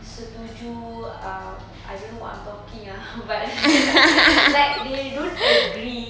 setuju um I don't know what I'm talking ah but like they don't agree